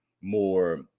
more